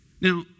Now